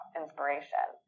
inspiration